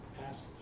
passage